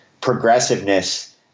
progressiveness